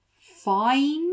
Fine